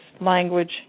language